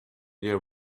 year